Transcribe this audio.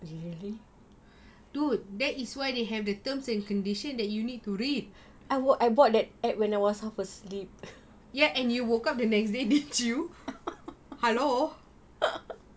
dude that is why they have the terms and condition that you need to read yes and you woke up the next day did you hello